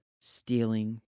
stealing